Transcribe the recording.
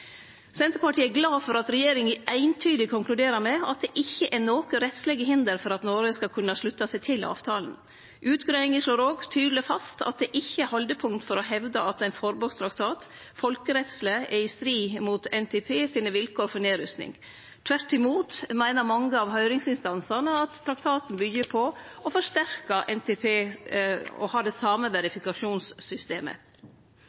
Senterpartiet er glad for at regjeringa eintydig konkluderer med at det ikkje er nokon rettslege hinder for at Noreg skal kunne slutte seg til avtalen. Utgreiinga slår òg tydeleg fast at det ikkje er haldepunkt for å hevde at ein forbodstraktat folkerettsleg er i strid med NPT sine vilkår for